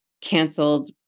canceled